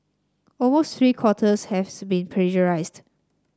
almost three quarters has been plagiarised